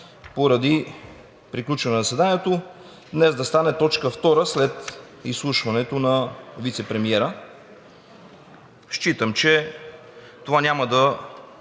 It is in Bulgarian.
поради приключване на заседанието, днес да стане точка втора след изслушването на вицепремиера. Считам, че това няма да